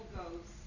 goes